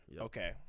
Okay